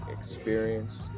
experience